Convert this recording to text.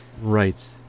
Right